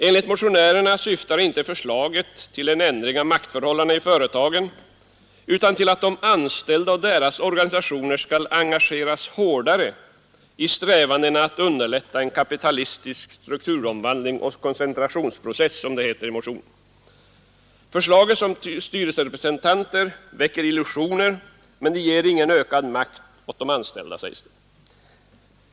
Enligt motionärerna syftar inte förslaget till en ändring av maktförhållandena i företagen utan till att de anställda och deras organisationer skall engageras hårdare i strävandena att underlätta en kapitalistisk strukturomvandling och koncentrationsprocess, som det heter i motionen. Förslaget om styrelserepresentanter väcker illusioner men ger ingen ökad makt åt de anställda, sägs det.